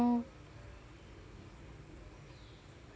oh